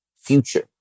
future